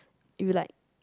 you like